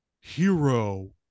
hero